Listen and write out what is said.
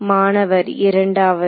மாணவர் இரண்டாவது